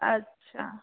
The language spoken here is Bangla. আচ্ছা